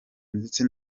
ndetse